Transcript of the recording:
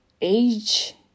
age